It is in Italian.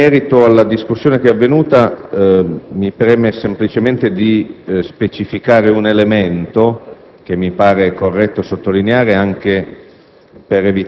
In merito alla discussione che si è svolta, mi preme semplicemente specificare un elemento. Mi pare corretto sottolinearlo, anche